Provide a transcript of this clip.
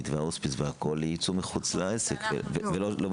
זאת אומרת, ההחלטה לא תהיה סופית של בוטל, אלא רק